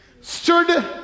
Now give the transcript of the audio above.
stood